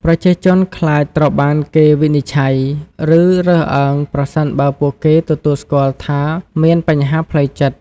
ប្រជាជនខ្លាចត្រូវបានគេវិនិច្ឆ័យ ឬរើសអើងប្រសិនបើពួកគេទទួលស្គាល់ថាមានបញ្ហាផ្លូវចិត្ត។